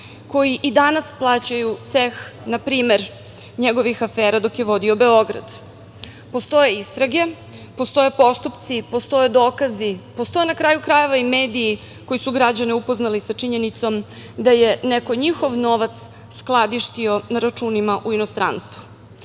koji i danas plaćaju ceh, na primer njegovih afera dok je vodio Beograd. Postoje istrage, postoje postupci, postoje dokazi, postoje na kraju krajeva i mediji koji su građane upoznali sa činjenicom da je neko njihov novac skladištio na računima u inostranstvu. Postavlja